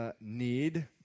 Need